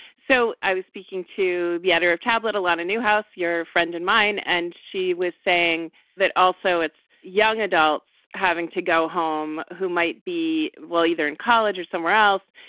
so i was speaking to the editor of tablet, a lot of new house, your friend and mine, and she was saying that also it's young adults having to go home who might be well, either in college or somewhere else.